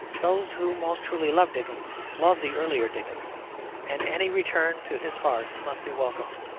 those who most truly love dickens love the earlier dickens and any return to his farce must be welcomed,